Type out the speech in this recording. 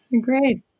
Great